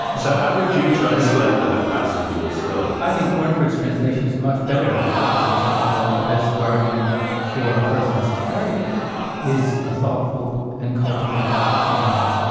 so how would you translate that passage yourself? i think cornford's translation is much better actually. and he says that um the best guardian for a person's character is a thoughtful and cultivated mind.